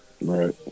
Right